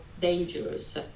dangerous